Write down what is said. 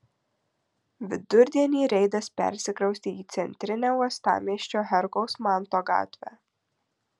vidurdienį reidas persikraustė į centrinę uostamiesčio herkaus manto gatvę